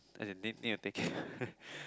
as in need need to take care